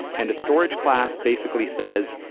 and storage class basically says,